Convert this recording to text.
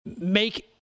make